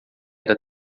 era